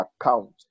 account